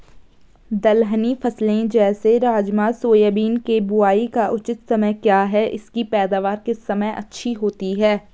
दलहनी फसलें जैसे राजमा सोयाबीन के बुआई का उचित समय क्या है इसकी पैदावार किस समय अच्छी होती है?